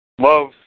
love